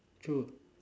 true